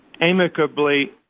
amicably